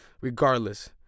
regardless